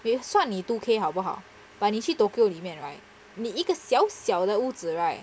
算你 two K 好不好 but 你去 tokyo 里面 right 你一个小小的屋子 right